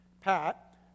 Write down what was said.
pat